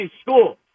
school